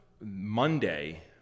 Monday